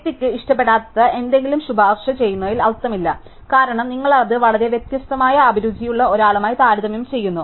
വ്യക്തിക്ക് ഇഷ്ടപ്പെടാത്ത എന്തെങ്കിലും ശുപാർശ ചെയ്യുന്നതിൽ അർത്ഥമില്ല കാരണം നിങ്ങൾ അത് വളരെ വ്യത്യസ്തമായ അഭിരുചിയുള്ള ഒരാളുമായി താരതമ്യം ചെയ്യുന്നു